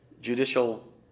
judicial